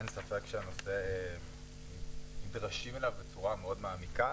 אין ספק שהנושא, נדרשים אליו בצורה מאוד מעמיקה.